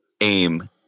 aim